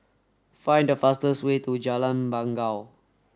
find the fastest way to Jalan Bangau